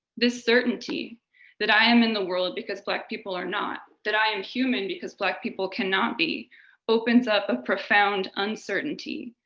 this certainty that i am in the world because black people are not, that i am human because black people cannot be opens up a profound uncertainty,